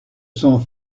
sont